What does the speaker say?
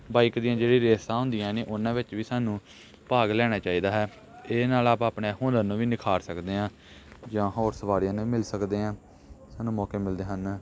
bike ਦੀਆਂ ਜਿਹੜੀਆਂ ਰੇਸਾਂ ਹੁੰਦੀਆਂ ਨੇ ਉਹਨਾਂ ਵਿੱਚ ਵੀ ਸਾਨੂੰ ਭਾਗ ਲੈਣਾ ਚਾਹੀਦਾ ਹੈ ਇਹਦੇ ਨਾਲ ਆਪਾਂ ਆਪਣੇ ਹੁਨਰ ਨੂੰ ਵੀ ਨਿਖਾਰ ਸਕਦੇ ਹਾਂ ਜਾਂ ਹੋਰ ਸਵਾਰੀਆਂ ਨੂੰ ਮਿਲ ਸਕਦੇ ਹਾਂ ਸਾਨੂੰ ਮੌਕੇ ਮਿਲਦੇ ਹਨ